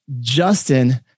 Justin